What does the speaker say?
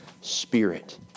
Spirit